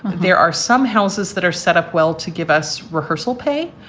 there are some houses that are set up well to give us rehearsal pay.